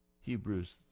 Hebrews